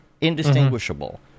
indistinguishable